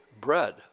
bread